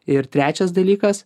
ir trečias dalykas